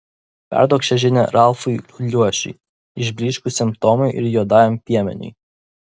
perduok šią žinią ralfui luošiui išblyškusiam tomui ir juodajam piemeniui